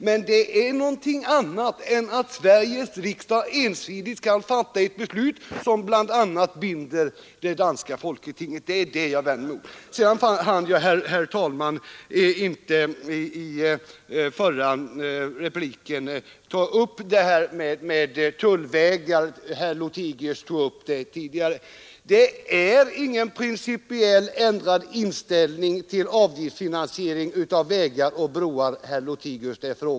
Men det är någonting annat än att Sveriges riksdag ensidigt skall fatta ett beslut, som bl.a. binder det danska folketinget. Det är detta jag vänder mig emot. Herr talman! Jag hann i min förra replik inte ta upp tullvägarna, vilka herr Lothigius omnämnde. Det är inte fråga om någon ändrad principiell inställning till en avgiftsfinansiering av vägar och broar, herr Lothigius.